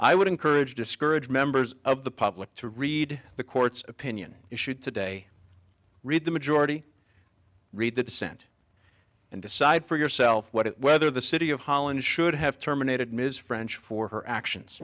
i would encourage discourage members of the public to read the court's opinion issued today read the majority read the dissent and decide for yourself what whether the city of holland should have terminated ms french for her actions